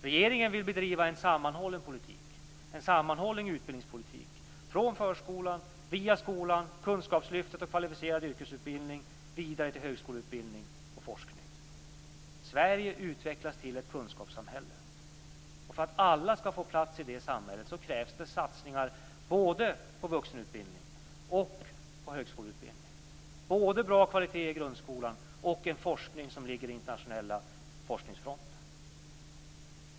Regeringen vill bedriva en sammanhållen utbildningspolitik - från förskolan via skolan, kunskapslyftet och kvalificerad yrkesutbildning vidare till högskoleutbildning och forskning. Sverige utvecklas till ett kunskapssamhälle, och för att alla skall få plats i det samhället krävs det satsningar både på vuxenutbildning och på högskoleutbildning - både bra kvalitet i grundskolan och en forskning som ligger i den internationella forskningsfronten.